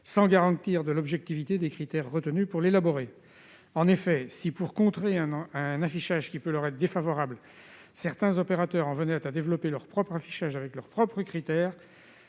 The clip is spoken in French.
sans garantir l'objectivité des critères retenus pour l'élaborer. En effet, si, pour contrer un affichage qui peut leur être défavorable, certains opérateurs en venaient à développer leur propre affichage avec leurs propres critères,